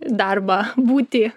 darbą būtį